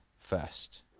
first